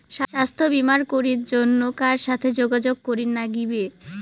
স্বাস্থ্য বিমা করির জন্যে কার সাথে যোগাযোগ করির নাগিবে?